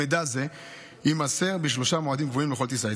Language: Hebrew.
מידע זה יימסר בשלושה מועדים קבועים לכל טיסה.